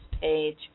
page